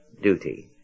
duty